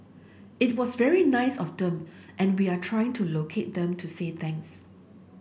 it was very nice of them and we are trying to locate them to say thanks